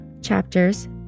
chapters